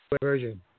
Version